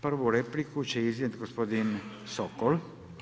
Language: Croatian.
Prvu repliku će iznijeti gospodin Sokol.